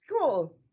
cool